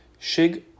Shig